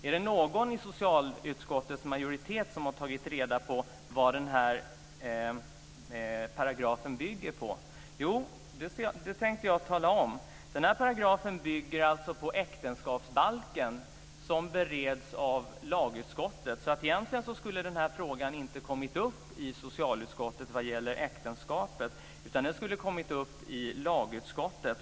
Är det någon i socialutskottets majoritet som har tagit reda på vad paragrafen bygger på? Jo, det tänkte jag tala om. Paragrafen bygger på äktenskapsbalken, som bereds av lagutskottet. Egentligen skulle frågan vad gäller äktenskapet inte har kommit upp i socialutskottet, utan den skulle ha kommit upp i lagutskottet.